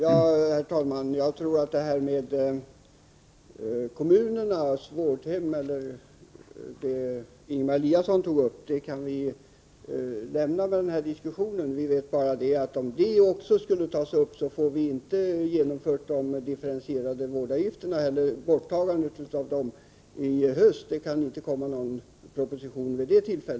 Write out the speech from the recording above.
Herr talman! Jag tror att vi i och med denna diskussion kan lämna det som Ingemar Eliasson tog upp om kommunernas vårdhem. Vi vet nämligen att om vi skulle göra något åt detta nu kan det inte komma någon proposition om borttagandet av de differentierade vårdavgifterna inom långtidsvården i höst.